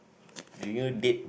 do you date